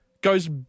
goes